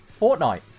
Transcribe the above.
Fortnite